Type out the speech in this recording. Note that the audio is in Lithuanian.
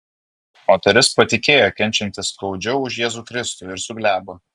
moteris patikėjo kenčianti skaudžiau už jėzų kristų ir suglebo